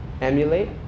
emulate